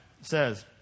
says